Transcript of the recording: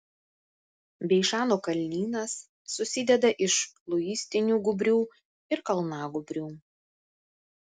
beišano kalnynas susideda iš luistinių gūbrių ir kalnagūbrių